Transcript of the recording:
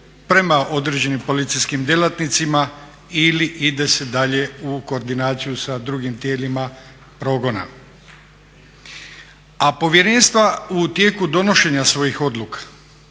prema određenim policijskim djelatnicima ili ide se dalje u koordinaciju sa drugim tijelima progona. A povjerenstva u tijeku donošenja svojih odluka,